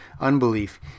unbelief